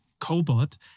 cobot